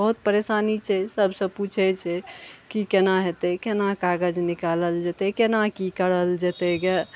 बहुत परेशानी छै सबसऽ पूछै छै की केना हेतै केना कागज निकालल जेतै केना की करल जेतै गए